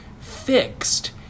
fixed